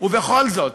ובכל זאת,